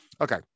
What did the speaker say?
okay